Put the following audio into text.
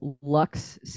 Lux